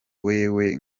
wewe